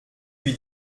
lui